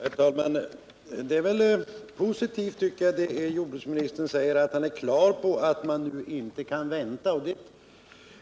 Herr talman! Det är mycket positivt, tycker jag, att jordbruksministern är klar över att man inte kan vänta utan